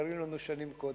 מוכרים לנו שנים קודם.